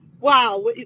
wow